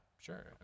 Sure